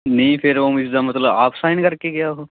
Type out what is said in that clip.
ਨਹੀਂ ਫਿਰ ਉਹ ਇਸਦਾ ਮਤਲਬ ਆਪ ਸਾਈਨ ਕਰਕੇ ਗਿਆ ਉਹ